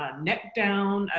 ah neck down.